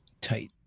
tight